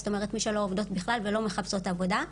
זאת אומרת מי שלא עובדות בכלל ולא מחפשות עבודה.